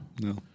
No